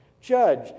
Judge